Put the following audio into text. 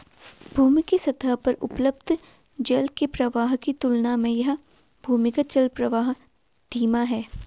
भूमि के सतह पर उपलब्ध जल के प्रवाह की तुलना में यह भूमिगत जलप्रवाह धीमा है